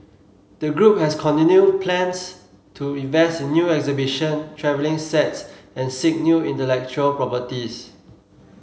the group has continued plans to invest in new exhibition travelling sets and seek new intellectual properties